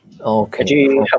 okay